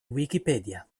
wikipedia